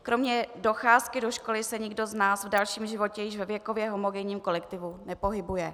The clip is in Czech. Kromě docházky do školy se nikdo z nás v dalším životě již ve věkově homogenním kolektivu nepohybuje.